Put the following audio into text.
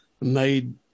made